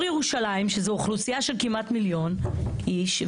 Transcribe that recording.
ירושלים שזו אוכלוסייה של כמעט מיליון איש,